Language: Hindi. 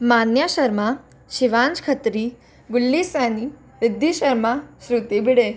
मान्या शर्मा शिवांस खत्री गुल्ली सैनी रिद्धि शर्मा श्रृति भिड़े